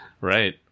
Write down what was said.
Right